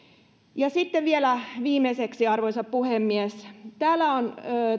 sitten vielä viimeiseksi arvoisa puhemies täällä on